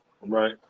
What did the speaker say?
Right